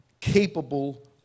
capable